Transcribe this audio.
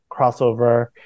crossover